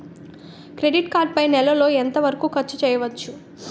Credit card పై నెల లో ఎంత వరకూ ఖర్చు చేయవచ్చు?